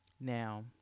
now